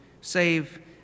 save